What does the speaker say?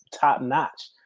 top-notch